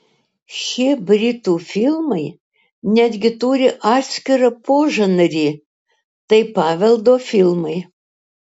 šie britų filmai netgi turi atskirą požanrį tai paveldo filmai